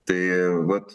tai vat